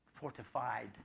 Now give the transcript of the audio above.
fortified